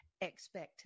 expect